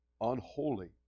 unholy